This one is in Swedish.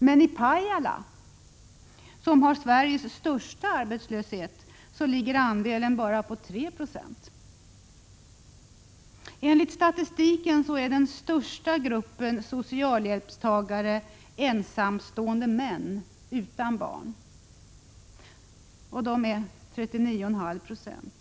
Men i Pajala, som har Sveriges största arbetslöshet, ligger andelen på bara 3 90. Enligt statistiken är den största gruppen socialhjälpstagare ensamstående män utan barn. Den gruppen utgör 39,5 20.